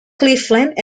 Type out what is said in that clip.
cleveland